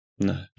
No